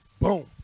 Boom